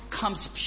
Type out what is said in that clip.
comes